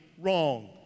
wrong